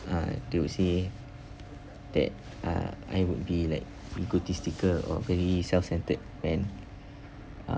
uh they would say that uh I would be like egoistical or very self-centered man uh